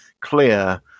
clear